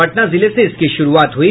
पटना जिले से इसकी शुरूआत हुई